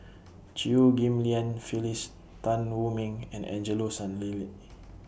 Chew Ghim Lian Phyllis Tan Wu Meng and Angelo Sanelli